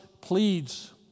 pleads